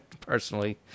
personally